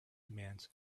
commands